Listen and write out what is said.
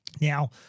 Now